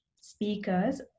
speakers